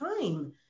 time